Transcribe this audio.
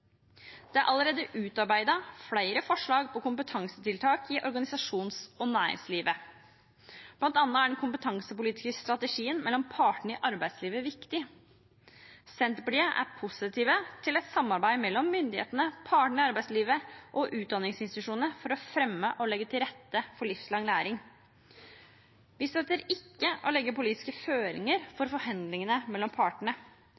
Det er allerede utarbeidet flere forslag til kompetansetiltak i organisasjons- og næringslivet. Blant annet er den kompetansepolitiske strategien mellom partene i arbeidslivet viktig. Senterpartiet er positive til et samarbeid mellom myndighetene, partene i arbeidslivet og utdanningsinstitusjonene for å fremme og legge til rette for livslang læring. Vi støtter ikke å legge politiske føringer for forhandlingene mellom partene.